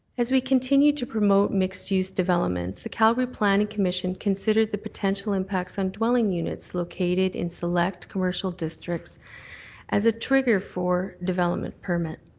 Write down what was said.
as we continue to promote mixed use developments, the calgary planning commission considered the potential impacts on dwelling units located in select commercial districts as a trigger for development permit.